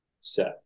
set